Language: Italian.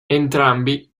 entrambi